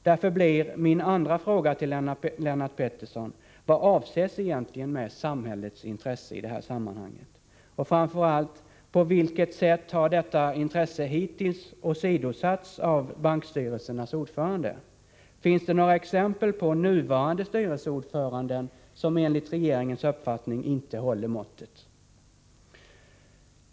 Därför blir min andra fråga till Lennart Pettersson: Vad avses egentligen med samhällets intresse i det här sammanhanget? Och framför allt, på vilket sätt har detta intresse hittills åsidosatts av bankstyrelsernas ordförande? Finns det några exempel på nuvarande styrelseordförande som enligt regeringens uppfattning inte håller måttet?